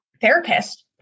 therapist